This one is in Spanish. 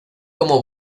como